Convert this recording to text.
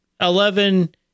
Eleven